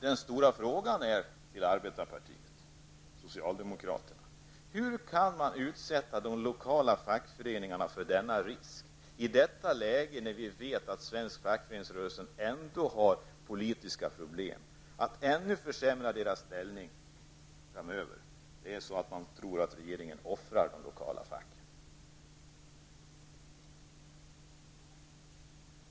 Den stora frågan till arbetarpartiet socialdemokraterna är: Hur kan man utsätta de lokala fackföreningarna för denna risk i detta läge när vi vet att svensk fackföreningsrörelse har politiska problem? Att försämra deras ställning ännu mer framöver får en att tro att regeringen offrar de lokala facken.